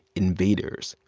invaders,